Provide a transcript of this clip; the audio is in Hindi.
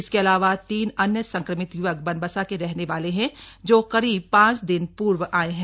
इसके अलावा तीन अन्य संक्रमित य्वक बनबसा के रहने वाले हैं जो करीब पांच दिन पूर्व आए हैं